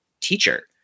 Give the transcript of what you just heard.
teacher